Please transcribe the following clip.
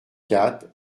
quatre